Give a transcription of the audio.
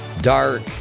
dark